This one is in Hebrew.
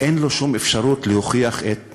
אין שום אפשרות להוכיח את